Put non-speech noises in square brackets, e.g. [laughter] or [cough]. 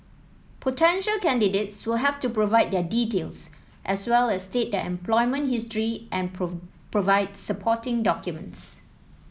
potential candidates will have to provide their details as well as state their employment history and [unintelligible] provide supporting documents